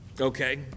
Okay